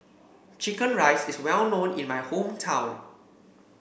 chicken rice is well known in my hometown